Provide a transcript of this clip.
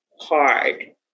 hard